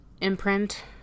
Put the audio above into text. imprint